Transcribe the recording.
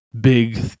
big